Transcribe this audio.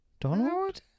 Donald